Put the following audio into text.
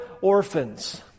orphans